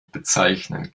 bezeichnen